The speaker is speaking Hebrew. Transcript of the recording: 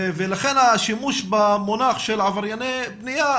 ולכן השימוש במונח של עברייני בנייה,